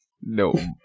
No